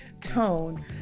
tone